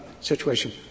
situation